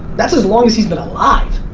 that's as long as he's been alive.